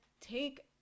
take